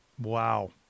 Wow